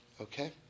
Okay